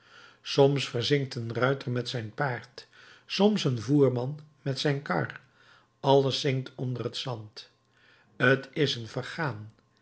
soms verzinkt een ruiter met zijn paard soms een voerman met zijn kar alles zinkt onder het zand t is een vergaan